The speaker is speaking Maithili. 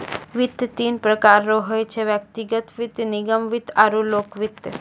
वित्त तीन प्रकार रो होय छै व्यक्तिगत वित्त निगम वित्त आरु लोक वित्त